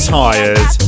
tired